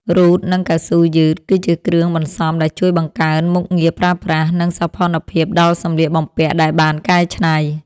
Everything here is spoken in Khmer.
រ៉ូត និងកៅស៊ូយឺត គឺជាគ្រឿងបន្សំដែលជួយបង្កើនមុខងារប្រើប្រាស់ និងសោភ័ណភាពដល់សម្លៀកបំពាក់ដែលបានកែច្នៃ។